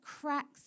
cracks